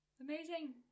Amazing